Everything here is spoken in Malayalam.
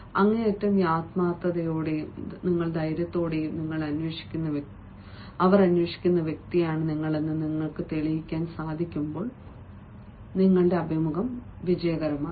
അങ്ങേയറ്റം ആത്മാർത്ഥതയോടെയും നിങ്ങൾ ധൈര്യത്തോടെയും നിങ്ങൾ അന്വേഷിക്കുന്ന വ്യക്തിയാണെന്ന് തെളിയിക്കാൻ പോകുമ്പോൾ മാത്രമേ അത് സാധ്യമാകൂ